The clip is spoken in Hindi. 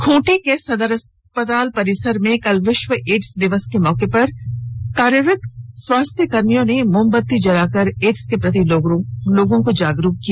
खूंटी के सदर अस्पताल परिसर में कल विश्व एड्स दिवस के मौके पर सदर अस्पताल में कार्यरत स्वास्थ्यकर्मियों ने मोमबत्ती जलाकर एड्स के प्रति लोगों को जागरूक किया